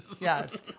Yes